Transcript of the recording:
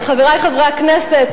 חברי חברי הכנסת,